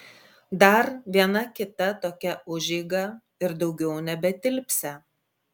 dar viena kita tokia užeiga ir daugiau nebetilpsią